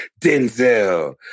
Denzel